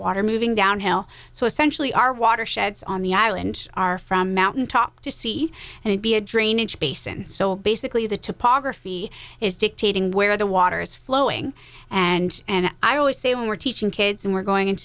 water moving downhill so essentially our watersheds on the island are from mountaintop to sea and it be a drainage basin so basically the topography is dictating where the water's flowing and and i always say when we're teaching kids and we're going